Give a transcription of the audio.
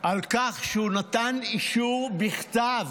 על כך שהוא נתן אישור בכתב